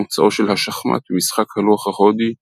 מוצאו של השחמט ממשחק הלוח ההודי צ'טורנגה,